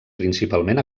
principalment